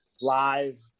live